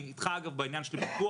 אני איתך, אגב, בעניין של פיקוח.